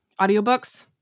audiobooks